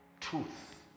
truth